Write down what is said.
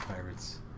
pirates